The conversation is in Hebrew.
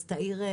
תאיר,